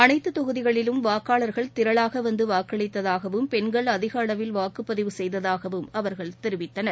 அனைத்து தொகுதிகளிலும் வாக்காளர்கள் திரளாக வந்து வாக்களித்ததாகவும் பெண்கள் அதிக அளவில் வாக்குப் பதிவு செய்ததாகவும் அவர்கள் தெரிவித்தனர்